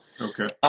Okay